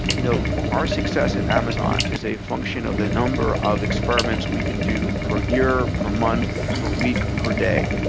you know our success at amazon is a function of the number of experiments we can do per year, per month, per week, per day.